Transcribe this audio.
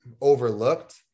overlooked